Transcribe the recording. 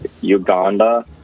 Uganda